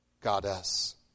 goddess